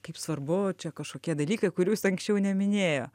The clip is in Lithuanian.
kaip svarbu čia kažkokie dalykai kurių jis anksčiau neminėjo